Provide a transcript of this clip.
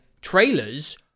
trailers